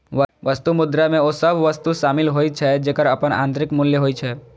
वस्तु मुद्रा मे ओ सभ वस्तु शामिल होइ छै, जेकर अपन आंतरिक मूल्य होइ छै